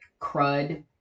crud